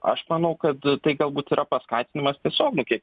aš manau kad tai galbūt yra paskatinimas tiesiog nu kiek